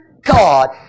God